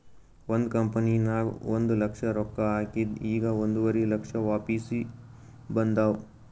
ಒಂದ್ ಕಂಪನಿನಾಗ್ ಒಂದ್ ಲಕ್ಷ ರೊಕ್ಕಾ ಹಾಕಿದ್ ಈಗ್ ಒಂದುವರಿ ಲಕ್ಷ ವಾಪಿಸ್ ಬಂದಾವ್